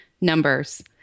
numbers